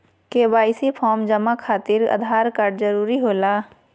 KYC form जमा खातिर Aadhaar card जरूरी होला?